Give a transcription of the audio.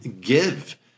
give